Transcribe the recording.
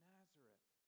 Nazareth